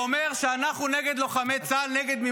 הצבעת נגד או לא הצבעת נגד?